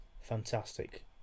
Fantastic